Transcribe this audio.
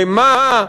לְמה?